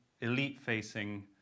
elite-facing